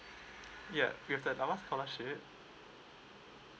yup we have that llama scholarship